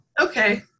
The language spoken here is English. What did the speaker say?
Okay